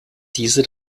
diese